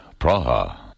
Praha